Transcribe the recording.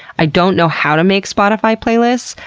i don't know how to make spotify playlists,